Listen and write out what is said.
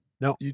no